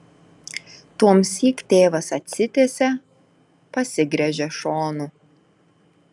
tuomsyk tėvas atsitiesia pasigręžia šonu